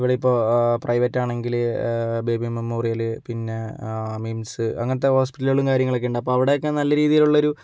ഇവിടെ ഇപ്പോൾ പ്രൈവറ്റ് ആണെങ്കിൽ ബേബി മെമ്മോറിയൽ പിന്നേ മിംസ് അങ്ങനത്തെ ഹോസ്പിറ്റലുകളും കാര്യങ്ങളൊക്കേ ഉണ്ട് അപ്പോൾ അവിടെയൊക്കേ നല്ല രീതീലുള്ളൊരു